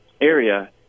area